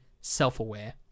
self-aware